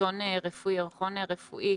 שהוא ירחון רפואי,